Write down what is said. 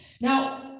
Now